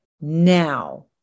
now